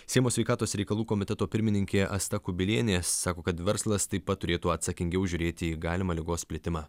seimo sveikatos reikalų komiteto pirmininkė asta kubilienė sako kad verslas taip pat turėtų atsakingiau žiūrėti į galimą ligos plitimą